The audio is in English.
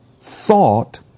thought